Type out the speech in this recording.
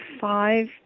five